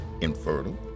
infertile